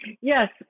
Yes